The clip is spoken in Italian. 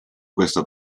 questa